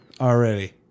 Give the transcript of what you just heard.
already